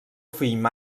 fill